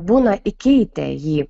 būna įkeitę jį